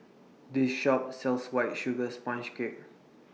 This Shop sells White Sugar Sponge Cake